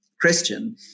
Christian